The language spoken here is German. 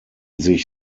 sich